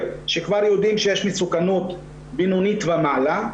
שכבר יודעים שיש מסוכנות בינונית ומעלה,